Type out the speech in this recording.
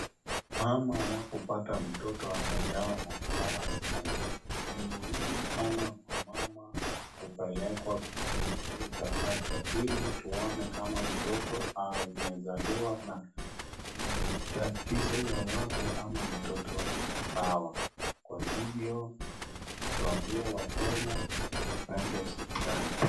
Mama anapopata mtoto anajawa na furaha sana. Ni muhimu sana kwa mama kupelekwa kwenye kituo cha faya ili tuone kama mtoto amezaliwa na tatizo yoyote ama mtoto ako sawa. Kwa hivyo tuambie wakenya tupende hospitali.